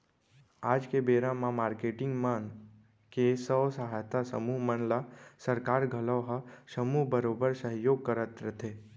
आज के बेरा म मारकेटिंग मन के स्व सहायता समूह मन ल सरकार घलौ ह समूह बरोबर सहयोग करत रथे